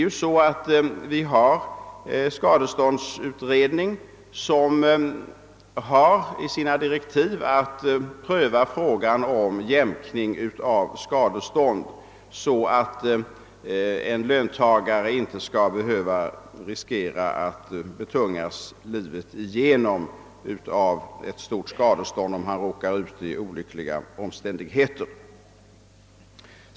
Vi har en skadeståndsutredning, som enligt sina direktiv skall pröva frågan om jämkning av skadestånd, så att en löntagare inte skall behöva riskera att betungas livet igenom av ett stort skadestånd, om han råkar ut för olyckliga omständigheter.